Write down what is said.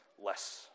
less